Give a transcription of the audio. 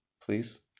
please